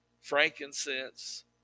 frankincense